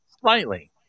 Slightly